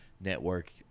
network